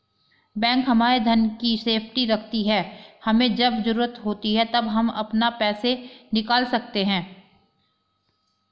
bank हमारे धन की सेफ्टी रखती है हमे जब जरूरत होती है तब हम अपना पैसे निकल सकते है